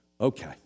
Okay